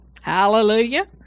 Hallelujah